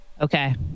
Okay